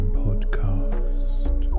podcast